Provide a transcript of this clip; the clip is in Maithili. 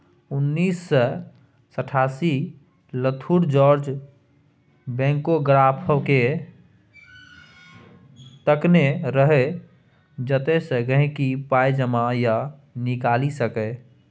उन्नैस सय साठिमे लुथर जार्ज बैंकोग्राफकेँ तकने रहय जतयसँ गांहिकी पाइ जमा या निकालि सकै